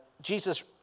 Jesus